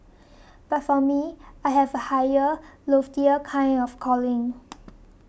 but for me I have a higher loftier kind of calling